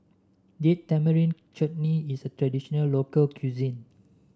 Date Tamarind Chutney is a traditional local cuisine